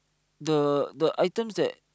the the items that